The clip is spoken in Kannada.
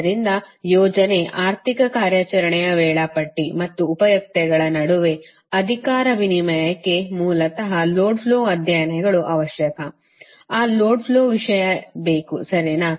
ಆದ್ದರಿಂದ ಯೋಜನೆ ಆರ್ಥಿಕ ಕಾರ್ಯಾಚರಣೆಯ ವೇಳಾಪಟ್ಟಿ ಮತ್ತು ಉಪಯುಕ್ತತೆಗಳ ನಡುವೆ ಅಧಿಕಾರ ವಿನಿಮಯಕ್ಕೆ ಮೂಲತಃ ಲೋಡ್ ಫ್ಲೋ ಅಧ್ಯಯನಗಳು ಅವಶ್ಯಕ ಆ ಲೋಡ್ ಫ್ಲೋ ವಿಷಯ ಬೇಕು ಸರಿನಾ